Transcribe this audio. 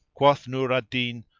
quoth nur al-din,